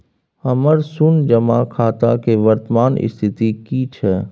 हमर शुन्य जमा खाता के वर्तमान स्थिति की छै?